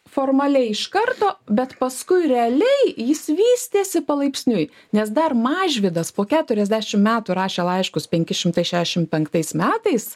formaliai iš karto bet paskui realiai jis vystėsi palaipsniui nes dar mažvydas po keturiasdešim metų rašė laiškus penki šimtai šedešim penktais metais